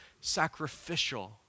sacrificial